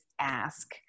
ask